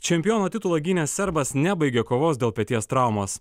čempiono titulą gynęs serbas nebaigė kovos dėl peties traumos